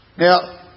Now